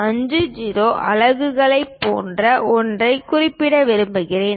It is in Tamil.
50 அலகுகள் போன்ற ஒன்றைக் குறிப்பிட விரும்புகிறேன்